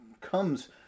comes